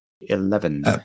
eleven